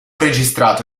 registrato